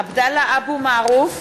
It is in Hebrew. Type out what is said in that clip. עבדאללה אבו מערוף,